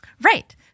Right